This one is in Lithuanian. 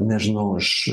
nežinau iš